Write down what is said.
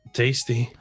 tasty